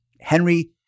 Henry